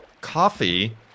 Coffee